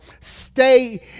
stay